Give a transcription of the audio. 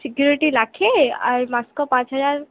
security ଲକ୍ଷେ ଆର ମାସକ ପାଞ୍ଚ ହଜାର